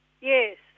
yes